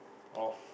of